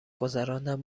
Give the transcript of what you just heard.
گذراندن